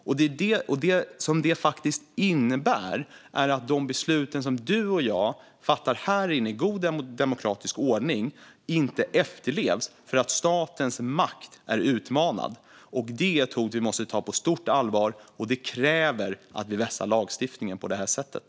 Det innebär ju faktiskt att de beslut som du och jag fattar här inne, i god demokratisk ordning, inte efterlevs på grund av att statens makt är utmanad. Det är ett hot vi måste ta på stort allvar, och det kräver att vi vässar lagstiftningen på det här sättet.